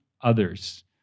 others